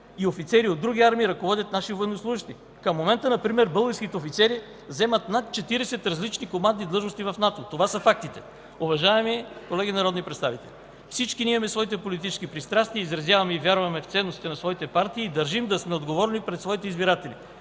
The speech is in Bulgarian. и офицери от други армии ръководят наши военнослужещи. Към момента например българските офицери заемат над 40 различни командни длъжности в НАТО. Това са фактите. Уважаеми колеги народни представители, всички ние имаме своите политически пристрастия, изразяваме и вярваме в ценностите на своите партии и държим да сме отговорни пред своите избиратели,